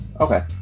Okay